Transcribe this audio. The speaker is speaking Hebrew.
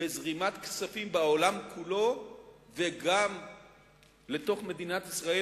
בזרימת כספים בעולם כולו וגם לתוך מדינת ישראל